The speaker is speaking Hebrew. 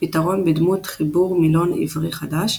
פתרון בדמות חיבור מילון עברי חדש,